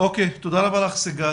תודה סיגל.